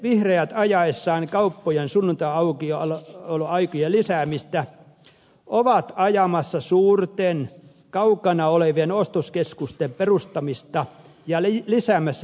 vihreät ajaessaan kauppojen sunnuntaiaukioloaikojen lisäämistä ovat ajamassa suurten kaukana olevien ostoskeskusten perustamista ja lisäämässä ilmastonmuutosta